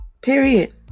Period